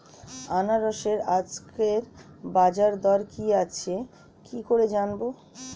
আনারসের আজকের বাজার দর কি আছে কি করে জানবো?